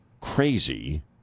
crazy